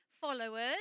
followers